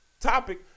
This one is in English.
topic